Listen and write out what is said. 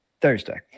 Thursday